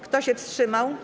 Kto się wstrzymał?